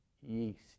yeast